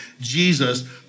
Jesus